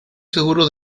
seguro